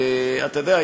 אתה יודע,